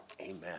Amen